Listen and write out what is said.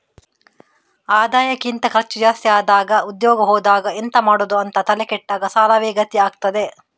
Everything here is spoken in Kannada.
ಆದಾಯಕ್ಕಿಂತ ಖರ್ಚು ಜಾಸ್ತಿ ಆದಾಗ ಉದ್ಯೋಗ ಹೋದಾಗ ಎಂತ ಮಾಡುದು ಅಂತ ತಲೆ ಕೆಟ್ಟಾಗ ಸಾಲವೇ ಗತಿ ಆಗ್ತದೆ